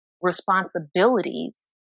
responsibilities